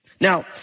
Now